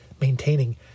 Maintaining